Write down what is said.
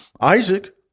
Isaac